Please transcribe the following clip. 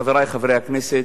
חברי חברי הכנסת,